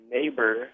Neighbor